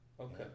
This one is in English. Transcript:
Okay